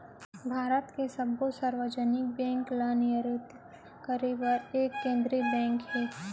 भारत के सब्बो सार्वजनिक बेंक ल नियंतरित करे बर एक केंद्रीय बेंक हे